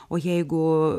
o jeigu